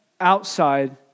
outside